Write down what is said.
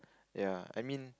ya I mean